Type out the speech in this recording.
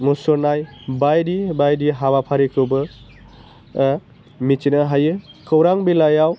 मुसुरनाय बायदि बायदि हाबाफारिखौबो मिथिनो हायो खौरां बिलाइयाव